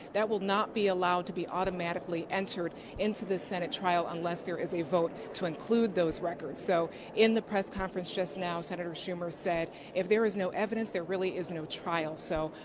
that will not be allowed to be automatically entered into the senate trial unless there is a vote to include those records. so in the press conference just now, president schumer said if there is no evidence, there really is no trial. so,